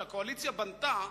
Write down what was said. שהקואליציה בנתה,